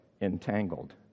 entangled